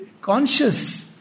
conscious